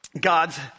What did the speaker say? God's